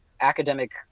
academic